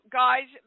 guys